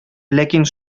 ләкин